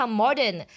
modern